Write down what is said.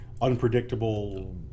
unpredictable